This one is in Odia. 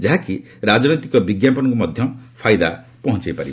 ଯାହାକି ରାଜନୈତିକ ବିଜ୍ଞାପନକୁ ମଧ୍ୟ ଫାଇଦା ପହଞ୍ଚାଇପାରେ